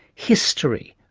history,